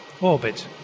orbit